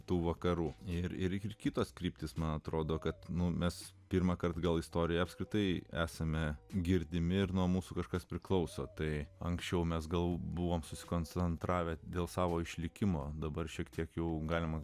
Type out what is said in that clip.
tų vakarų ir ir ir kitos kryptys man atrodo kad numes pirmąkart gal istorijoje apskritai esame girdimi ir nuo mūsų kažkas priklauso tai anksčiau mes gal buvome susikoncentravę dėl savo išlikimo dabar šiek tiek jau galima